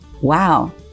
Wow